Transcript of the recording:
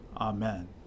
Amen